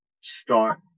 start